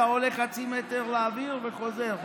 אתה עולה חצי מטר לאוויר וחוזר,